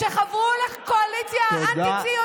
שחברו לקואליציה אנטי-ציונית.